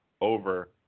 over